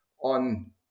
on